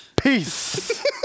Peace